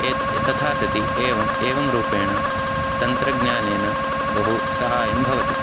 एतत् तथा सति एवम् एवं रूपेण तन्त्रज्ञानेन बहु सहायं भवति